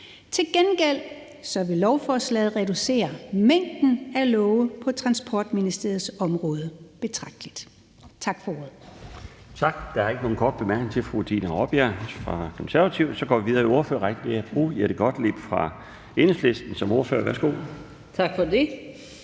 Til gengæld vil lovforslaget reducere mængden af love på Transportministeriets område betragteligt.